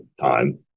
time